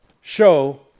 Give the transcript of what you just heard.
show